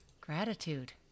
gratitude